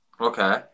Okay